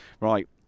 Right